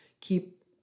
keep